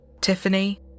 Tiffany